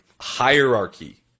hierarchy